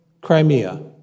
Crimea